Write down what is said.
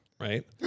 right